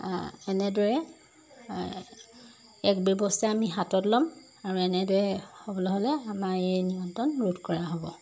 এনেদৰে এক ব্যৱস্থা আমি হাতত ল'ম আৰু এনেদৰে হ'বলৈ হ'লে আমাৰ এই নিয়ন্ত্ৰণ ৰোধ কৰা হ'ব